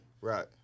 Right